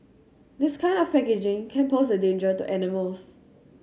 this kind of packaging can pose a danger to animals